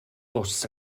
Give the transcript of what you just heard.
bws